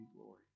glory